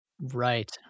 Right